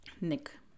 Nick